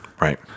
right